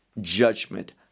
judgment